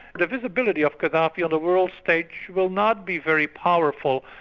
the visibility of gaddafi on the world stage will not be very powerful,